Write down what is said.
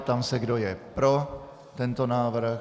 Ptám se, kdo je pro tento návrh.